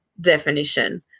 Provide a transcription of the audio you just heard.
definition